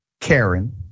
Karen